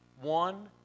one